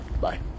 Bye